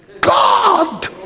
God